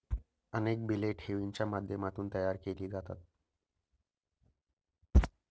अनेक बिले ठेवींच्या माध्यमातून तयार केली जातात